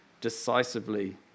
decisively